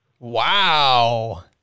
Wow